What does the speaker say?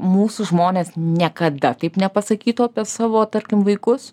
mūsų žmonės niekada taip nepasakytų apie savo tarkim vaikus